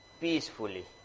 peacefully